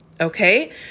Okay